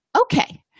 okay